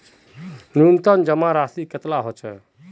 न्यूनतम जमा राशि कतेला होचे?